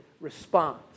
response